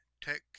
tech